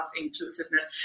inclusiveness